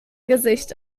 gesicht